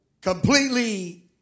completely